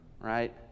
right